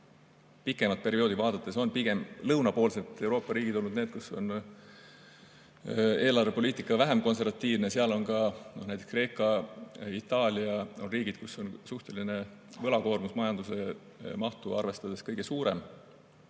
pikemat perioodi vaadates, et pigem lõunapoolsed Euroopa riigid on olnud need, kus on eelarvepoliitika vähem konservatiivne. Näiteks Kreeka ja Itaalia on riigid, kus on suhteline võlakoormus majanduse mahtu arvestades kõige suurem.